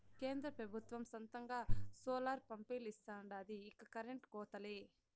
కేంద్ర పెబుత్వం సొంతంగా సోలార్ పంపిలిస్తాండాది ఇక కరెంటు కోతలే